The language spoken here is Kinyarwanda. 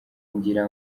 ngira